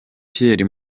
pierre